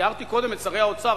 תיארתי קודם את שרי האוצר,